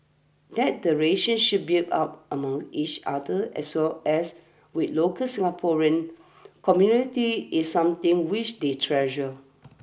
that the relationships built up among each other as well as with local Singaporean community is something which they treasure